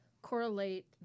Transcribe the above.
Correlate